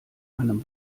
einem